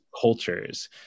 cultures